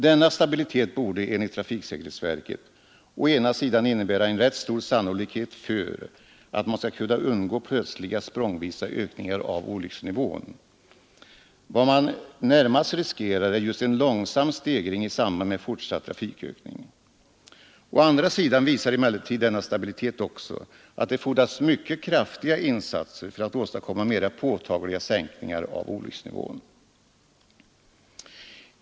Denna stabilitet borde, enligt trafiksäkerhetsverket, å ena sidan innebära en rätt stor sannolikhet för att man skall kunna undgå plötsliga språngvisa ökningar av olycksnivån. Vad man närmast riskerar är just en långsam stegring i samband med fortsatt trafikökning. Å andra sidan visar emellertid denna stabilitet också att det fordras mycket kraftiga insatser för att åstadkomma mera påtagliga sänkningar av olycksnivån.